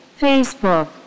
facebook